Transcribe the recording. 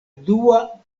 dua